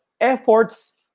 efforts